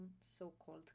so-called